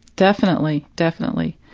definitely. definitely.